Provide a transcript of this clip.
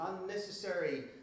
unnecessary